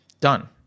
Done